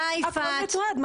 הכול מתועד.